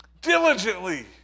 diligently